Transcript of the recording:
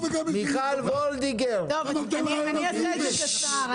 מיכל וולדיגר --- אתה נותן --- אני אעשה את זה קצר.